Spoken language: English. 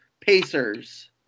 Pacers